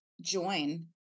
join